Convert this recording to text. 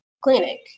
clinic